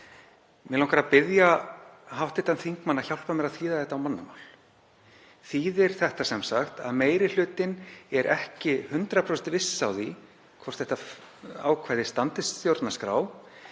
Mig langar að biðja hv. þingmann að hjálpa mér að þýða þetta á mannamál. Þýðir þetta að meiri hlutinn sé ekki 100% viss á því hvort þetta ákvæði standist stjórnarskrá